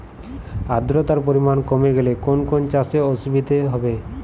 আদ্রতার পরিমাণ কমে গেলে কোন কোন চাষে অসুবিধে হবে?